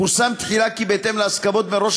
פורסם תחילה כי בהתאם להסכמות בין ראש